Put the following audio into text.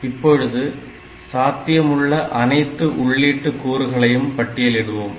இப்பொழுது சாத்தியமுள்ள அனைத்து உள்ளீட்டு கூறுகளையும் பட்டியலிடுவோம்